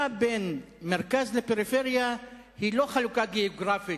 שהחלוקה בין המרכז לפריפריה היא לא חלוקה גיאוגרפית,